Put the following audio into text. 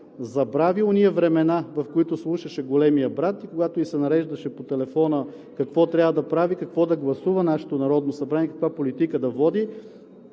забрави онези времена, в които се слушаше големият брат и когато ѝ се нареждаше по телефона какво трябва да прави, какво да гласува нашето Народно събрание, каква политика да води.